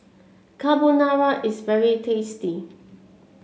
Carbonara is very tasty